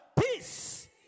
peace